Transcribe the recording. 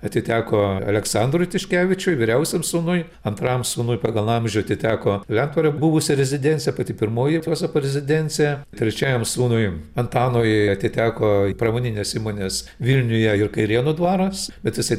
atiteko aleksandrui tiškevičiui vyriausiam sūnui antram sūnui pagal amžių atiteko lentvario buvusi rezidencija pati pirmoji juozapo rezidencija trečiajam sūnui antanui atiteko pramoninės įmonės vilniuje ir kairėnų dvaras bet jisai